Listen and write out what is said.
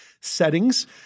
settings